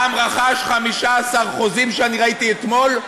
העם רכש 15 חוזים, שאני ראיתי אתמול,